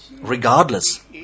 regardless